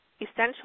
Essential